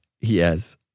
Yes